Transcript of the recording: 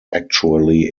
actually